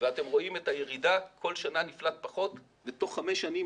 ואתם רואים את הירידה ורואים שכל שנה